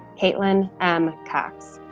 kaitlyn m. cox.